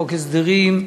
חוק הסדרים,